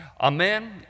Amen